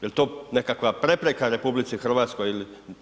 Je li to nekakva prepreka RH ili…